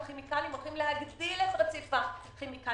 לא רק כימיקלים אלא להגדיל את רציף הכימיקלים,